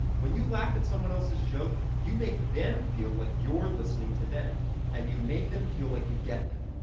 when you laugh at someone else's joke, you make them feel like you're listening to them and you make them feel like you get them.